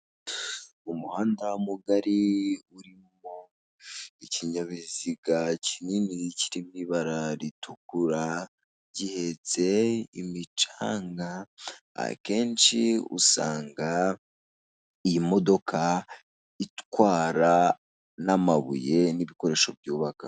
Umuhanda mugari urimo ikinyabiziga k'inini kiri mu ibara ritukura gihetse imicanga, akenshi usanga iyi modoka itwara n'amabuye n'ibikoresho byubaka.